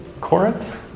Corinth